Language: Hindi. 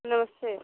नमस्ते